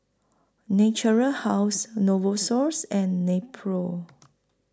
Natura House Novosource and Nepro